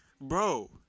bro